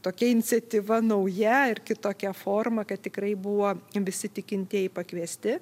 tokia iniciatyva nauja ir kitokia forma kad tikrai buvo visi tikintieji pakviesti